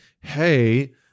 hey